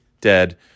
dead